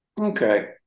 Okay